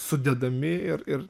sudedami ir ir